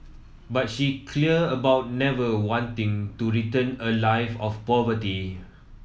but she clear about never wanting to return a life of poverty